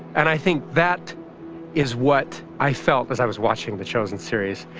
and i think that is what i felt as i was watching the chosen series,